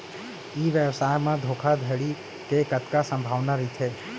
ई व्यवसाय म धोका धड़ी के कतका संभावना रहिथे?